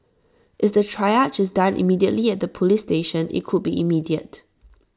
is the triage is done immediately at the Police station IT could be immediate